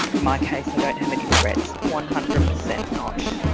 my case i don't have any regrets, one hundred percent not.